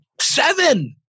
seven